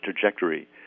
trajectory